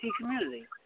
community